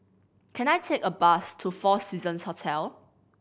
can I take a bus to Four Seasons Hotel